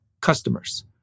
customers